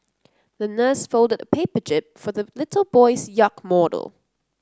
the nurse folded a paper jib for the little boy's yacht model